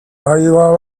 all